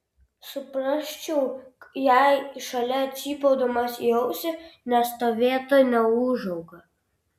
suprasčiau jei šalia cypaudamas į ausį nestovėtų neūžauga